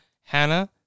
Hannah